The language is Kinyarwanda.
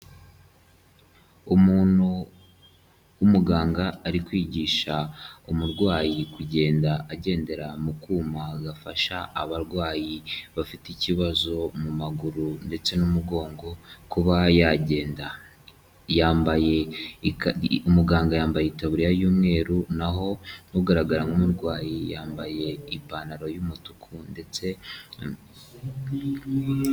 Umuntu w'umuganga ari kwigisha umurwayi kugenda agendera mu kuma agafasha abarwayi bafite ikibazo mu maguru ndetse n'umugongo kuba yagenda, yambaye umuganga yambaye itaburiya y'umweru naho ugaragara nk'umurwayi yambaye ipantaro y'umutuku ndetse.